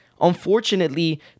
unfortunately